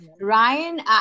Ryan